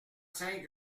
cinq